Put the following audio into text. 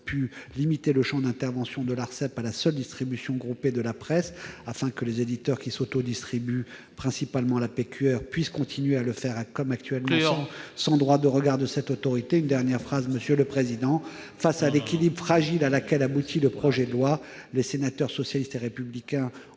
limiter le champ d'intervention de l'Arcep à la seule distribution groupée de la presse, afin que les éditeurs qui s'auto-distribuent, principalement la PQR, puissent continuer à le faire, sans droit de regard de cette autorité. Il faut conclure ! Face à l'équilibre fragile auquel aboutit le projet de loi, les sénateurs du groupe socialiste et républicain ont